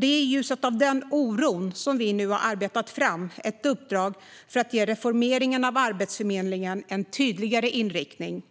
Det är i ljuset av denna oro som vi nu har arbetat fram ett uppdrag för att ge reformeringen av Arbetsförmedlingen en tydligare inriktning.